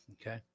Okay